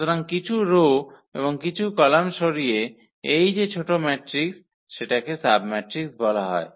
সুতরাং কিছু রো এবং কিছু কলাম সরিয়ে এই যে ছোট ম্যাট্রিক্স সেটাকে সাবম্যাট্রিক্স বলা হয়